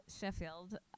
Sheffield